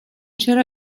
چرا